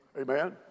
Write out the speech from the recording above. Amen